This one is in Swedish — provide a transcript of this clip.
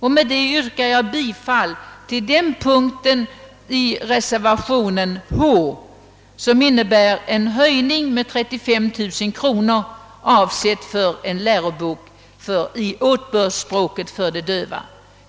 Med det sagda yrkar jag bifall till reservationen H vid punkten 65, vilket innebär en höjning av anslaget med 35 000 kronor, avsett för en lärobok i åbördsspråket åt de döva.